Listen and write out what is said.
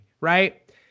Right